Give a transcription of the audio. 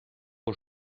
aux